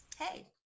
Hey